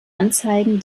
anzeigen